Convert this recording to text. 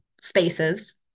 spaces